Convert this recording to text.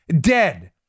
dead